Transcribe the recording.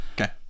okay